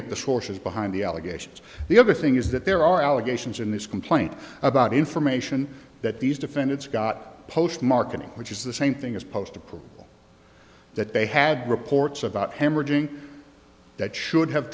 at the sources behind the allegations the other thing is that there are allegations in this complaint about information that these defendants got post marketing which is the same thing as opposed to prove that they had reports about hemorrhaging that should have